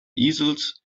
easels